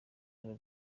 ari